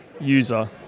user